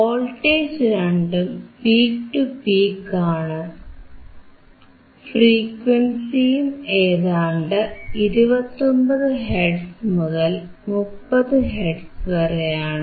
voltage രണ്ടും peak to peak ആണ് ഫ്രീക്വൻസിയും ഏതാണ്ട് 29 ഹെർട്സ് മുതൽ 30 ഹെർട്സ് വരെയാണ്